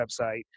website